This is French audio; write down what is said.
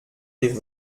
des